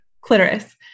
clitoris